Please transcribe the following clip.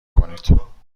کنید